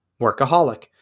Workaholic